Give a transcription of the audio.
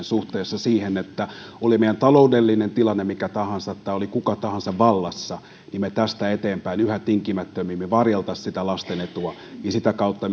suhteessa siihen että oli meidän taloudellinen tilanne mikä tahansa tai oli kuka tahansa vallassa me tästä eteenpäin yhä tinkimättömämmin varjelisimme lasten etua ja sitä kautta